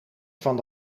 van